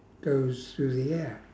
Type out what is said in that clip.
goes through the air